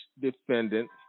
defendant